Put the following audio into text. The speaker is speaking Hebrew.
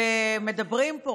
ומדברים פה,